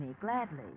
gladly